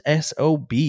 SOB